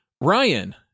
Ryan